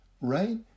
right